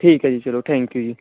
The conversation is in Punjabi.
ਠੀਕ ਹੈ ਜੀ ਚਲੋ ਥੈਂਕ ਯੂ ਜੀ